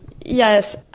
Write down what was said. Yes